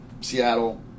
Seattle